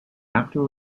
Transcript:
after